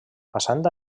passant